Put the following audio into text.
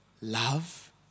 love